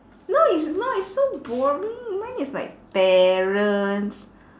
no it's not it's so boring mine is like parents